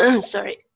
sorry